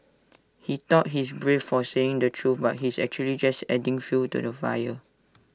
he thought he's brave for saying the truth but he's actually just adding fuel to the fire